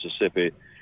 Mississippi